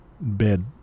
bed